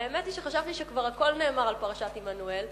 האמת היא שחשבתי שכבר הכול נאמר על פרשת עמנואל,